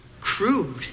Crude